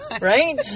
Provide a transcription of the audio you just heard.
Right